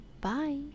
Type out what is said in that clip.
Bye